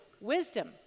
Wisdom